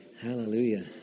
Hallelujah